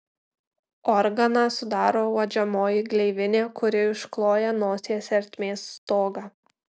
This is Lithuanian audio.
organą sudaro uodžiamoji gleivinė kuri iškloja nosies ertmės stogą